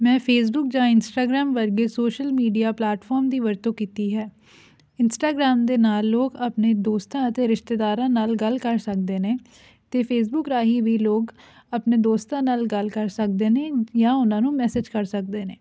ਮੈਂ ਫੇਸਬੁੱਕ ਜਾਂ ਇੰਸਟਾਗਰਾਮ ਵਰਗੇ ਸੋਸ਼ਲ ਮੀਡੀਆ ਪਲੈਟਫੋਰਮ ਦੀ ਵਰਤੋਂ ਕੀਤੀ ਹੈ ਇੰਸਟਾਗਰਾਮ ਦੇ ਨਾਲ ਲੋਕ ਆਪਣੇ ਦੋਸਤਾਂ ਅਤੇ ਰਿਸ਼ਤੇਦਾਰਾਂ ਨਾਲ ਗੱਲ ਕਰ ਸਕਦੇ ਨੇ ਅਤੇ ਫੇਸਬੁੱਕ ਰਾਹੀਂ ਵੀ ਲੋਕ ਆਪਣੇ ਦੋਸਤਾਂ ਨਾਲ ਗੱਲ ਕਰ ਸਕਦੇ ਨੇ ਯਾਂ ਉਹਨਾਂ ਨੂੰ ਮੈਸੇਜ ਕਰ ਸਕਦੇ ਨੇ